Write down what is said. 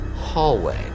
hallway